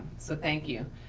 so thank you.